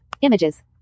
Images